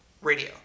radio